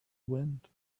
wind